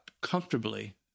comfortably